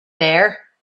there